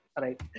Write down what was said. right